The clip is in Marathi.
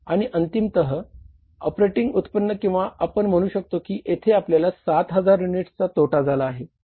आणि अंतिमतः ऑपरेटिंग उत्पन्न किंवा आपण म्हणू शकतो की येथे आपल्याला 7000 युनिट्सचा तोटा झाला आहे